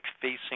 facing